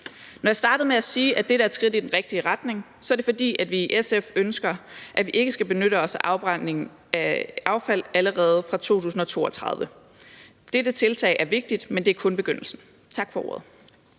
Når jeg startede med at sige, at dette er et skridt i den rigtige retning, er det, fordi vi i SF ønsker, at vi ikke skal benytte os af afbrænding af affald allerede fra 2032. Dette tiltag er vigtigt, men det er kun begyndelsen. Tak for ordet.